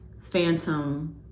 phantom